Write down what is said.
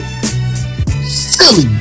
Silly